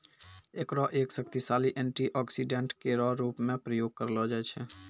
एकरो एक शक्तिशाली एंटीऑक्सीडेंट केरो रूप म प्रयोग करलो जाय छै